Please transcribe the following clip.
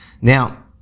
Now